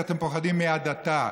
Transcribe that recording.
כי אתם פוחדים מהדתה.